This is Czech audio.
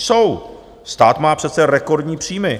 Jsou, stát má přece rekordní příjmy.